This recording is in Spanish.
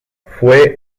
fue